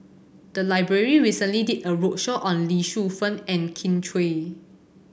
the library recently did a roadshow on Lee Shu Fen and Kin Chui